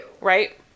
right